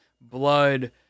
Blood